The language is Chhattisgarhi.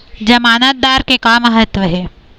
जमानतदार के का महत्व हे?